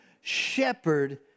shepherd